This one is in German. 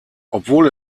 obwohl